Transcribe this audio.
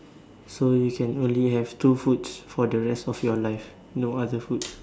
so you can only have two foods for the rest of your life no other foods